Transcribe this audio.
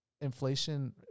inflation